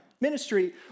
ministry